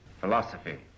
Philosophy